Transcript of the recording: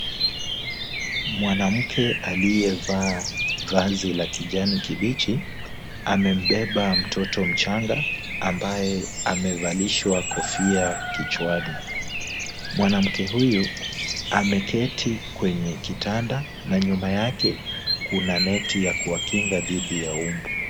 Mwanamke aliyevaa vazi la kijani kibichi, amembeba mtoto mchanga ambaye amevalishwa kofia kichwani. Mwanamke huyu ameketi kwenye kitanda na nyuma yake kuna neti ya kuwakinga dhidi ya mbu.